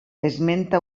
esmenta